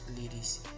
ladies